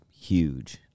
huge